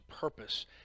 purpose